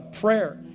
prayer